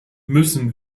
müssen